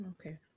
Okay